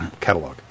catalog